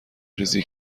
ریزی